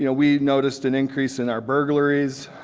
you know we noticed an increase in our burglaries.